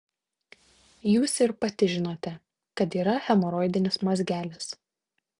jūs ir pati žinote kad yra hemoroidinis mazgelis